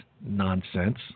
nonsense